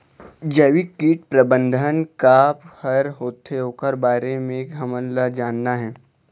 जैविक कीट प्रबंधन का हर होथे ओकर बारे मे हमन ला जानना हे?